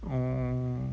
orh